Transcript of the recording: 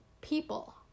people